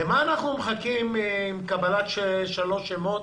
לְמה אנחנו מחכים עם קבלת שלושה שמות